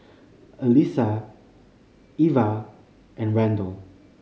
Alisa Iva and Randell